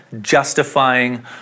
justifying